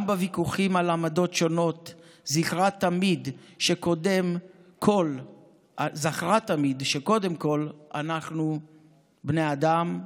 גם בוויכוחים על עמדות שונות זכרה תמיד שקודם כול אנחנו בני אדם,